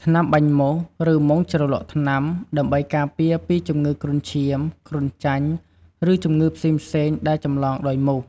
ថ្នាំបាញ់មូស ឬមុងជ្រលក់ថ្នាំ ដើម្បីការពារពីជំងឺគ្រុនឈាម គ្រុនចាញ់ ឬជំងឺផ្សេងៗដែលចម្លងដោយមូស។